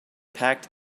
packed